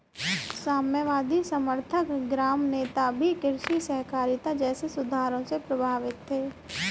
साम्यवादी समर्थक ग्राम नेता भी कृषि सहकारिता जैसे सुधारों से प्रभावित थे